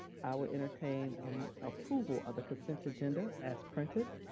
i will entertain um approval of the consent agenda as printed.